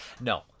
no